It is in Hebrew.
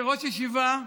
כראש ישיבה,